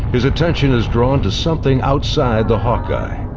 his attention is drawn to something outside the hawkeye.